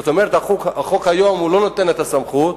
זאת אומרת, החוק היום לא נותן את הסמכות